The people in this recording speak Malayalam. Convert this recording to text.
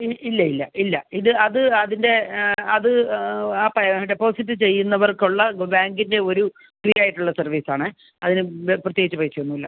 ഇല്ല ഇല്ല ഇല്ല ഇത് അത് അതിൻ്റെ അത് ഡെപ്പോസിറ്റ് ചെയ്യുന്നവർക്കുള്ള ബാങ്കിൻ്റെ ഒരു റിയൽ ആയിട്ടുള്ള സർവീസ് ആണ് അതിന് പ്രത്യേകിച്ച് പൈസ ഒന്നും ഇല്ല